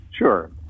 Sure